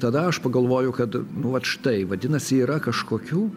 tada aš pagalvoju kad vat štai vadinasi yra kažkokių